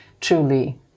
truly